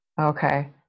Okay